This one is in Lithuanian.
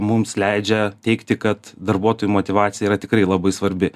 mums leidžia teigti kad darbuotojų motyvacija yra tikrai labai svarbi